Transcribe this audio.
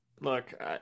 look